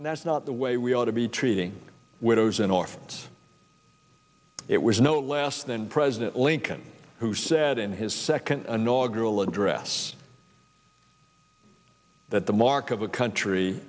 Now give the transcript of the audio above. and that's not the way we ought to be treating widows and orphans it was no less than president lincoln who said in his second inaugural address that the mark of a country